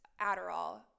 Adderall